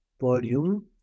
volume